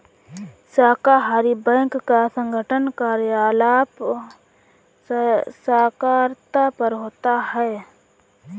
सहकारी बैंक का गठन कार्यकलाप सहकारिता पर होता है